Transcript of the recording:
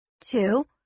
Two